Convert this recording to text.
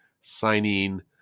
signing